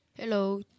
Hello